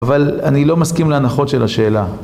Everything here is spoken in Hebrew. אבל אני לא מסכים להנחות של השאלה.